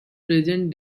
present